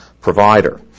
provider